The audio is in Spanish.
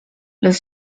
los